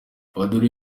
padiri